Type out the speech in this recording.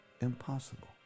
Impossible